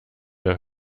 der